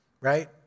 right